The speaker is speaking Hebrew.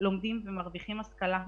לומדים ומרוויחים השכלה,